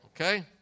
Okay